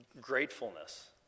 gratefulness